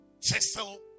chisel